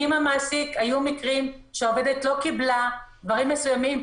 היו מקרים שהעובדת לא קיבלה דברים מסוימים,